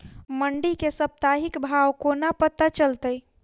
मंडी केँ साप्ताहिक भाव कोना पत्ता चलतै?